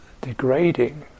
degrading